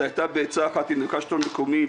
זה היה בעצה אחת עם מרכז השלטון המקומי,